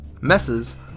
messes